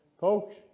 Folks